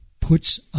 puts